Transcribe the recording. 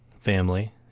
family